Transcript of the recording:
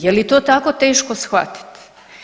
Je li to tako teško shvatiti?